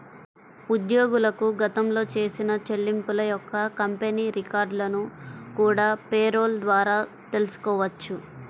ఉద్యోగులకు గతంలో చేసిన చెల్లింపుల యొక్క కంపెనీ రికార్డులను కూడా పేరోల్ ద్వారా తెల్సుకోవచ్చు